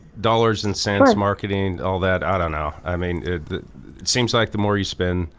dollars and cents marketing, all that, i don't know. i mean it it seems like the more you spend,